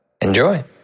enjoy